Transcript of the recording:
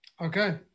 Okay